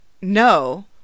no